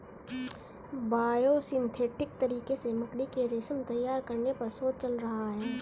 biosynthetic तरीके से मकड़ी के रेशम तैयार करने पर शोध चल रहा है